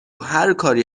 هرکاری